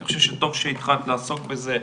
אני חושב שטוב שהתחלת לעסוק בזה.